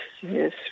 yes